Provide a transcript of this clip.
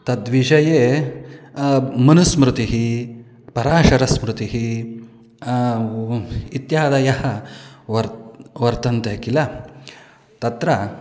तद्विषये मनुस्मृतिः पराशरस्मृतिः इत्यादयः वर्तते वर्तन्ते किल तत्र